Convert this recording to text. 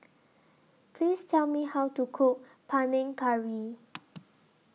Please Tell Me How to Cook Panang Curry